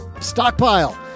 stockpile